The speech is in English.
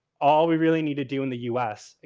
all we really need to do in the us,